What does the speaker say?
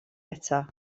eto